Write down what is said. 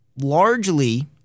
Largely